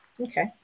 Okay